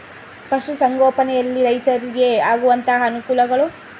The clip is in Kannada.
ಪಶುಸಂಗೋಪನೆಯಲ್ಲಿ ರೈತರಿಗೆ ಆಗುವಂತಹ ಅನುಕೂಲಗಳು?